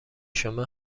شما